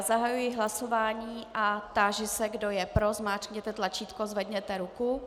Zahajuji hlasování a táži se, kdo je pro, zmáčkněte tlačítko, zvedněte ruku.